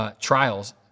Trials